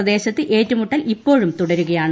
പ്രദേശത്ത് ഏറ്റുമൂട്ടിൽ ഇപ്പോഴും തുടരുകയാണ്